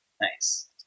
Nice